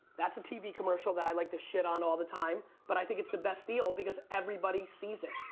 that's a tv commercial that i like to shit on all the time but i think it's the best deal because everybody sees it.